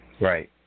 Right